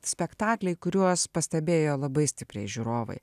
spektakliai kuriuos pastebėjo labai stipriai žiūrovai